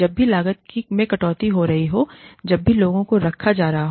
जब भी लागत में कटौती हो रही हैजब भी लोगों को रखा जा रहा है